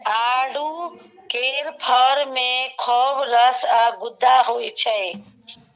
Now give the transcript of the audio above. आड़ू केर फर मे खौब रस आ गुद्दा होइ छै